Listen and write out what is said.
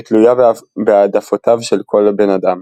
והיא תלויה בהעדפותיו של כל בן-אדם.